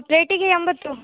ಪ್ಲೇಟಿಗೆ ಎಂಬತ್ತು